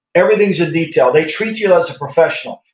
everything is a detail. they treat you as a professional.